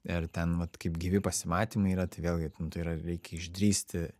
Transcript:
ir ten vat kaip gyvi pasimatymai yra tai vėlgi tai yra reikia išdrįsti